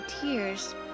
tears